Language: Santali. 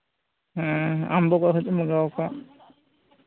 ᱦᱮᱸ ᱟᱢ ᱫᱚ ᱚᱠᱟ ᱠᱷᱚᱱ ᱪᱚᱢ ᱞᱟᱜᱟᱣ ᱠᱟᱫ